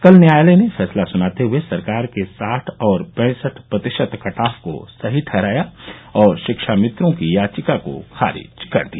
कल न्यायालय ने फैसला सुनाते हुए सरकार के साठ और पैंसठ प्रतिशत कटऑफ को सही ठहराया और शिक्षामित्रों की याचिका को खारिज दिया